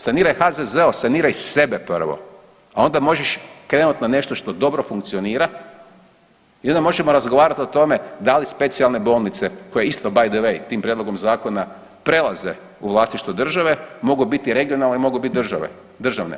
Saniraj HZZO, saniraj sebe prvo, a onda možeš krenuti na nešto što dobro funkcionira i onda možemo razgovarati o tome da li specijalne bolnice koje isto by the way tim prijedlogom zakona prelaze u vlasništvo države mogu biti regionalne, mogu biti države, državne.